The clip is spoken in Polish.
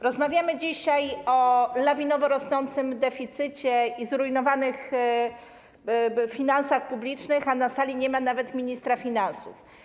Rozmawiamy dzisiaj o lawinowo rosnącym deficycie i zrujnowanych finansach publicznych, a na sali nie ma nawet ministra finansów.